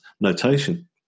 notation